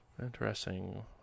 interesting